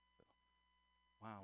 Wow